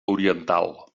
oriental